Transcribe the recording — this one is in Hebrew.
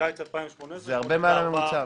וקיץ 2018 זה 84%. זה הרבה מעל הממוצע,